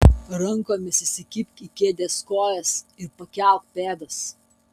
rankomis įsikibk į kėdės kojas ir pakelk pėdas